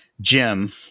Jim